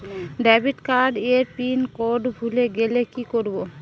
Debit card এর pin code ভুলে গেলে কি করব?